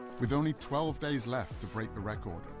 with only twelve days left to break the record,